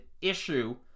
issue